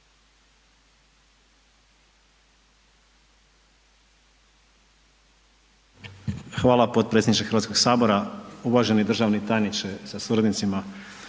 Hvala potpredsjedniče Hrvatskog sabora. Uvaženi državni tajnice sa suradnicima,